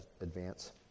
advance